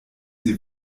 sie